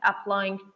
applying